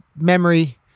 memory